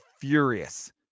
furious